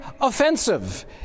offensive